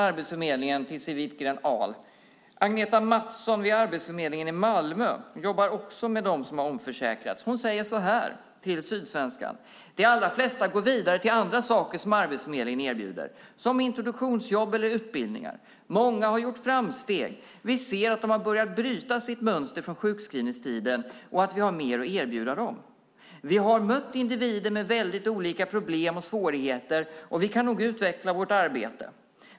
Agneta Mattsson på Arbetsförmedlingen i Malmö säger i Sydsvenskan att de allra flesta går vidare till andra saker som Arbetsförmedlingen erbjuder, som introduktionsjobb eller utbildningar. Hon säger vidare att många har gjort framsteg, att de har börjat bryta sitt mönster från sjukskrivningstiden och att man har mer att erbjuda dem. "Vi har mött individer med väldigt olika problem och svårigheter och vi kan nog utveckla vårt arbete.